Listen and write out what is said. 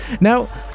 Now